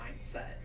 mindset